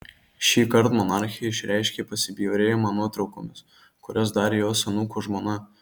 šįkart monarchė išreiškė pasibjaurėjimą nuotraukomis kurias darė jos anūko žmona